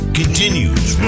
continues